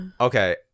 Okay